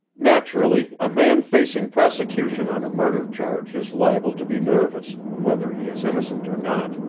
naturally, a man facing prosecution on a murder charge is liable to be nervous, whether he is innocent or not.